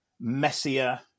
messier